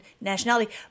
nationality